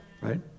Right